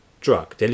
drug